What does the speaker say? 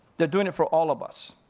they're doing it for all of us.